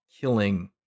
killing